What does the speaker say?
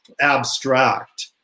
abstract